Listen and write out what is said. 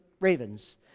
ravens